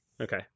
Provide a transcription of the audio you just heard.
Okay